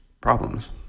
problems